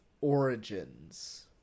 Origins